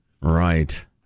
Right